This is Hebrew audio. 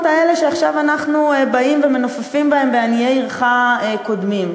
האלה שעכשיו אנחנו באים ומנופפים בהם כ"עניי עירך קודמים".